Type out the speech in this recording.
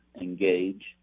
Engage